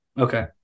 Okay